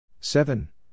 Seven